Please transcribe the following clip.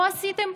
לא עשיתם,